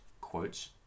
quotes